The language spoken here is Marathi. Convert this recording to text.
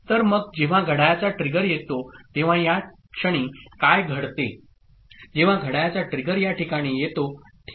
तर मग जेव्हा घड्याळाचा ट्रिगर येतो तेव्हा या क्षणी काय घडते जेव्हा घड्याळाचा ट्रिगर या ठिकाणी येतो ठीक आहे